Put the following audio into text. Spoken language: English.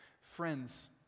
Friends